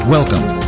Welcome